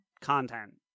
content